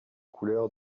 couleurs